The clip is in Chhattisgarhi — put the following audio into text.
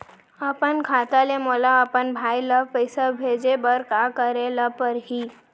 अपन खाता ले मोला अपन भाई ल पइसा भेजे बर का करे ल परही?